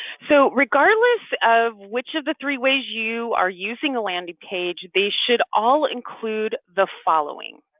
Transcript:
so regardless of which of the three ways you are using a landing page, they should all include the following.